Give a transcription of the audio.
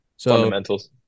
Fundamentals